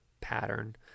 pattern